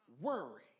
worry